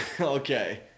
Okay